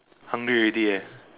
hungry already eh